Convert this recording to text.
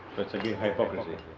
it's again hypocricy